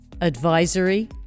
Advisory